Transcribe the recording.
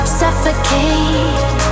suffocate